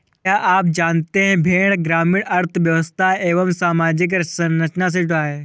क्या आप जानते है भेड़ ग्रामीण अर्थव्यस्था एवं सामाजिक संरचना से जुड़ा है?